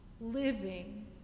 living